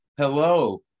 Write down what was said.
Hello